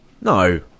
no